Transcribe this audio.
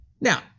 Now